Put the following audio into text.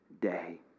day